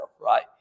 right